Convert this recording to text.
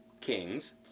kings